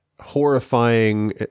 horrifying